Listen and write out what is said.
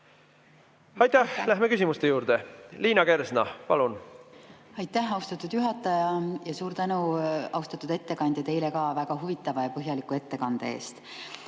Aitäh! Läheme küsimuste juurde. Liina Kersna, palun! Aitäh, austatud juhataja! Suur tänu, austatud ettekandja, ka teile väga huvitava ja põhjaliku ettekande eest!